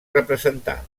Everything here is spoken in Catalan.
representar